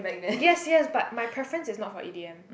yes yes but my preference is not for e_d_m